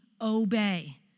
obey